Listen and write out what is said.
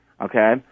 Okay